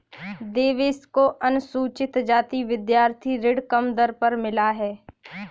देवेश को अनुसूचित जाति विद्यार्थी ऋण कम दर पर मिला है